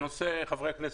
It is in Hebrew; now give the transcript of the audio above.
חברי הכנסת,